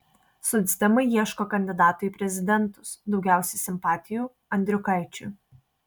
socdemai ieško kandidato į prezidentus daugiausiai simpatijų andriukaičiui